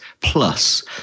Plus